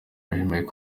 michelle